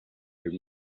their